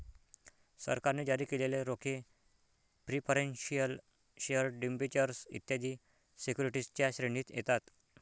सरकारने जारी केलेले रोखे प्रिफरेंशियल शेअर डिबेंचर्स इत्यादी सिक्युरिटीजच्या श्रेणीत येतात